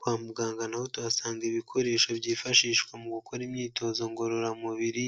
Kwa muganga na ho tuhasanga ibikoresho byifashishwa mu gukora imyitozo ngororamubiri,